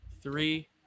three